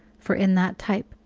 for in that type,